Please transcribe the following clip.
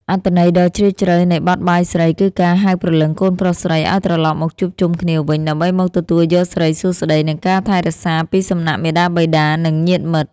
អត្ថន័យដ៏ជ្រាលជ្រៅនៃបទបាយស្រី គឺការហៅព្រលឹងកូនប្រុសស្រីឱ្យត្រឡប់មកជួបជុំគ្នាវិញ ដើម្បីមកទទួលយកសិរីសួស្តី និងការថែរក្សាពីសំណាក់មាតាបិតា និងញាតិមិត្ត។